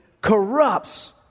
corrupts